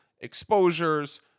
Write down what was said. exposures